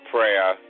Prayer